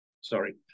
Sorry